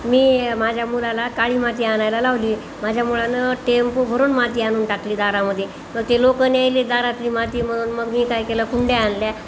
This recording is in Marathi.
मी माझ्या मुलाला काळी माती आणायला लावली माझ्या मुलांनं टेम्पो भरून माती आणून टाकली दारामध्ये मग ते लोक न्यायला दारातली माती म्हणून मग मी काय केलं कुंड्या आणल्या